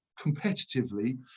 competitively